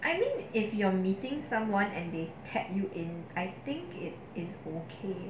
I mean if you're meeting someone and they kept you in I think it is okay